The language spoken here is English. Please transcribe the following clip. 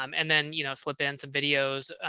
um and then you know, slip in some videos,